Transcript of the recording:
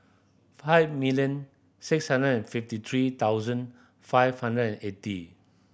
five million six hundred and fifty three thousand five hundred and eighty